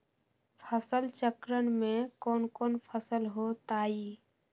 फसल चक्रण में कौन कौन फसल हो ताई?